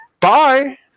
Bye